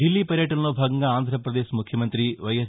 దిల్లీ పర్యటనలో భాగంగా ఆంధ్రప్రదేశ్ ముఖ్యమంతి వైఎస్